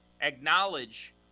acknowledge